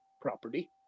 property